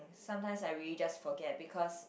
sometimes I really just forget because